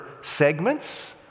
segments